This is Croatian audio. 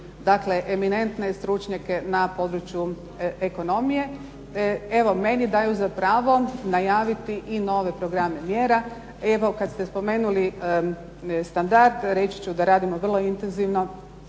dakle, eminentne stručnjake na području ekonomije. Evo, meni daju za pravu najaviti i nove programe mjera. Evo, kad ste spomenuli standard reći ću da radimo vrlo intenzivno